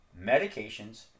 medications